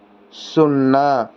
సున్నా